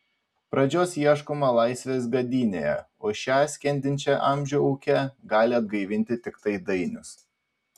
pradžios ieškoma laisvės gadynėje o šią skendinčią amžių ūke gali atgaivinti tiktai dainius